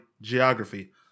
geography